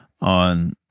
on